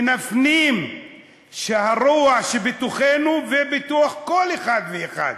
ונפנים שהרוע שבתוכנו ובתוך כל אחד ואחד,